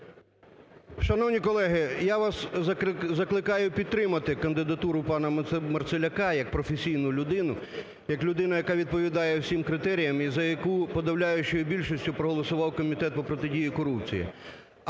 Шановні колеги, я вас закликаю підтримати кандидатуру пана Марцеляка як професійну людину, як людину, яка відповідає всім критеріям і за яку подавляющою більшістю проголосував Комітет по протидії корупції.